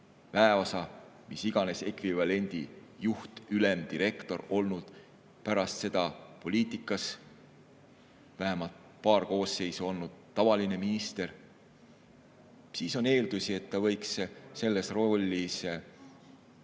väeosa, mis iganes ekvivalendi juht, ülem, direktor ja pärast seda poliitikas vähemalt paar koosseisu tavaline minister. Siis on eeldusi, et ta võiks selles rollis